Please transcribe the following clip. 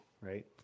right